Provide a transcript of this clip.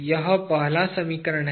यह पहला सरलीकरण है